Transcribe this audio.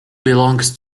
belongs